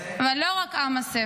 אבל לא רק עם הספר,